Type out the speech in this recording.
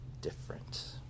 different